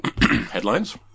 headlines